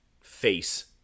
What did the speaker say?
face